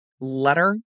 letter